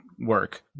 work